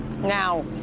Now